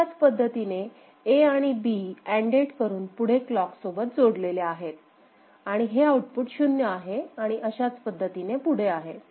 अशाच पद्धतीने Aआणि B अण्डेड करून पुढे क्लॉक सोबत जोडलेले आहे आणि हे आउटपुट शून्य आहे आणि अशाच पद्धतीने पुढे आहे